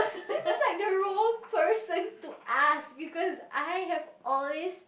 this is like the wrong person to us because I have always